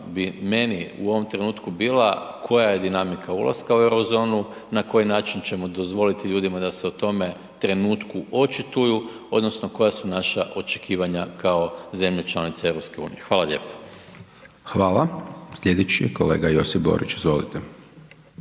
bi meni u ovom trenutku bila koja je dinamika ulaska u Eurozonu, na koji način ćemo dozvoliti ljudima da se o tome trenutku očituju, odnosno koja su naša očekivanja kao zemlje članice EU. Hvala lijepo. **Hajdaš Dončić, Siniša (SDP)** Hvala. Sljedeći, kolega Josip Borić, izvolite.